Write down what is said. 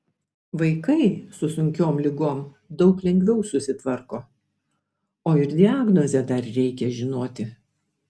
vaikai su sunkiom ligom daug lengviau susitvarko o ir diagnozę dar reikia žinoti